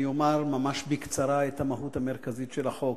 אני אומר ממש בקצרה את המהות המרכזית של החוק.